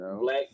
Black